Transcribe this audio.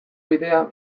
bidea